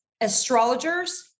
astrologers